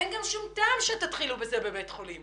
אין גם שום טעם שתתחילו בזה בבית החולים